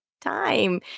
time